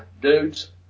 dudes